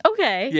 Okay